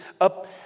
up